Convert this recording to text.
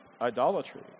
idolatry